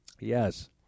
Yes